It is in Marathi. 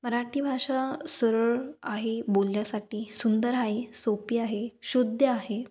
मराठी भाषा सरळ आहे बोलण्यासाठी सुंदर आहे सोपी आहे शुद्ध आहे